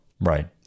Right